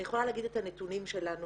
אני יכולה להגיד את הנתונים שיש לנו,